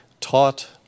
taught